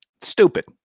Stupid